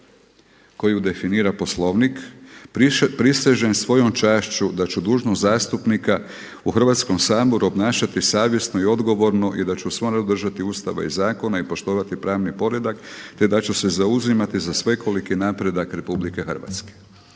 koju definira Poslovnik. „Prisežem svojom čašću da ću dužnost zastupnika u Hrvatskom saboru obnašati savjesno i odgovorno i da ću se uvijek držati Ustava i zakona i poštovati pravni poreda, te da ću se zauzimati za svekoliki napredak RH.“ Znači